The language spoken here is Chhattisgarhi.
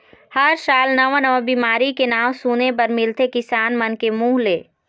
हर साल नवा नवा बिमारी के नांव सुने बर मिलथे किसान मन के मुंह ले